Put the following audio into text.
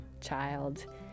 child